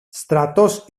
στρατός